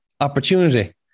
opportunity